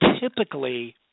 typically